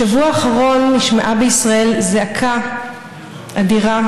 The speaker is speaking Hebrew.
בשבוע האחרון נשמעה בישראל זעקה אדירה: